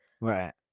Right